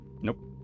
Nope